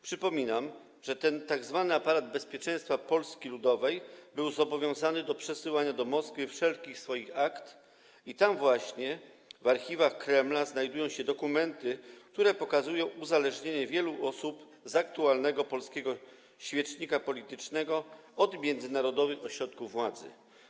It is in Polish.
Przypominam, że ten aparat tzw. bezpieczeństwa Polski Ludowej był zobowiązany do przesyłania do Moskwy wszelkich swoich akt i tam właśnie, w archiwach Kremla znajdują się dokumenty, które pokazują uzależnienie wielu osób z aktualnego polskiego świecznika politycznego od międzynarodowych ośrodków władzy.